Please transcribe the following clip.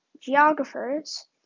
geographers